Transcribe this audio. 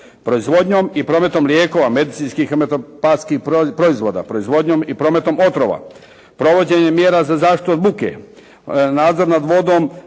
Proizvodnjom i prometom lijekovima, medicinskih i homeopatskih proizvoda, proizvodnjom i prometom otrova, provođenjem mjera za zaštitu od buke, nadzor nad vodom